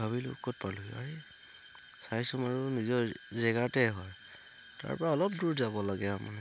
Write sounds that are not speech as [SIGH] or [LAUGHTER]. ভাবিলো ক'ত পালোহি [UNINTELLIGIBLE] আৰু নিজৰ জেগাতেই হয় তাৰপৰা অলপ দূৰ যাব লাগে আৰু মানে